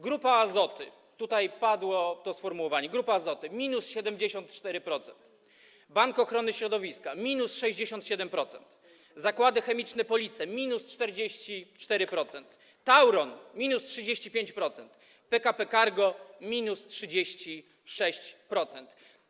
Grupa Azoty, tutaj padło to sformułowanie grupa Azoty - minus 74%, Bank Ochrony Środowiska - minus 67%, zakłady chemiczne Police - minus 44%, Tauron - minus 35%, PKP Cargo - minus 36%.